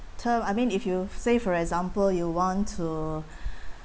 term I mean if you say for example you want to